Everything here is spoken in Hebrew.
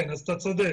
כן, אז אתה צודק.